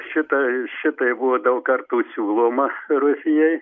šitai šitai buvo daug kartų siūloma rusijai